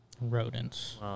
Rodents